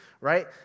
right